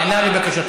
אני נענה לבקשתך.